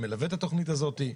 שמלווה את התכנית הזאת.